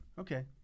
Okay